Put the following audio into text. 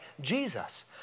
Jesus